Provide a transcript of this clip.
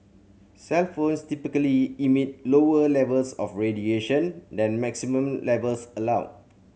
cellphones typically emit lower levels of radiation than maximum levels allowed